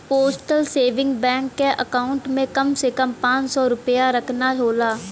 postal saving bank क account में कम से कम पांच सौ रूपया रखना होला